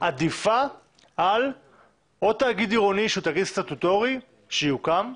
עדיפה על או תאגיד עירוני שהוא תאגיד סטטוטורי שיוקם,